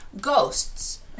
Ghosts